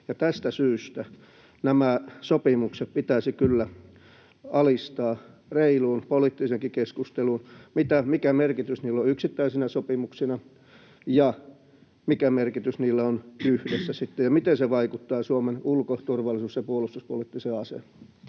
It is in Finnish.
Tästä syystä nämä sopimukset pitäisi kyllä alistaa reiluun poliittiseenkin keskusteluun siitä, mikä merkitys niillä on yksittäisinä sopimuksina ja mikä merkitys niillä on sitten yhdessä ja miten se vaikuttaa Suomen ulko‑, turvallisuus- ja puolustuspoliittiseen asemaan.